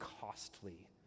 costly